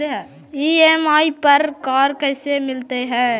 EMI पर car कैसे मिलतै औ कोन डाउकमेंट लगतै?